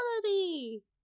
quality